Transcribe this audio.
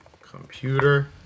computer